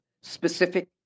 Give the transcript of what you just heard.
specific